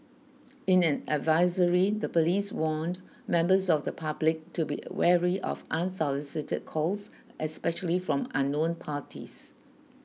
in an advisory the police warned members of the public to be wary of unsolicited calls especially from unknown parties